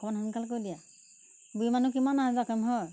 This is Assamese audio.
অকণ সোনকাল কৰি দিয়া বুঢ়ী মানুহ কিমান অহা যোৱা কৰিম হয়